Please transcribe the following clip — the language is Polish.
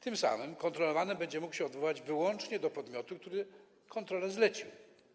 Tym samym kontrolowany będzie mógł się odwołać wyłącznie do podmiotu, który kontrolę zlecił.